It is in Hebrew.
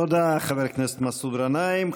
תודה, חבר הכנסת מסעוד גנאים.